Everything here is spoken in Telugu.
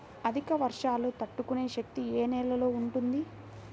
అధిక వర్షాలు తట్టుకునే శక్తి ఏ నేలలో ఉంటుంది?